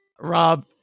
Rob